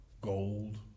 Gold